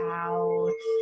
out